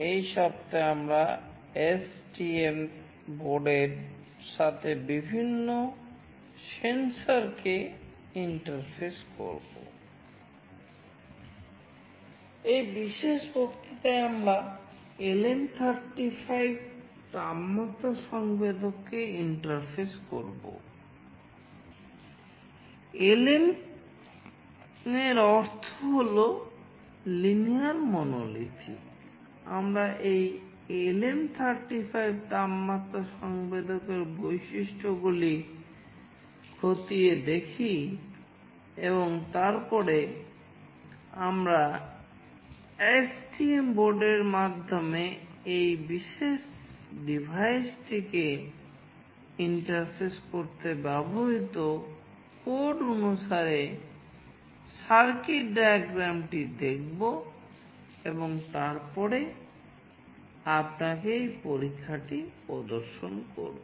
এই সপ্তাহে আমরা STM বোর্ডের সাথে বিভিন্ন সেন্সরটি দেখব এবং তারপরে আপনাকে এই পরীক্ষাটি প্রদর্শন করব